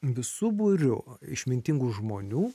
visu būriu išmintingų žmonių